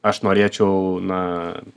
aš norėčiau na